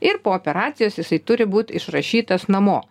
ir po operacijos jisai turi būt išrašytas namo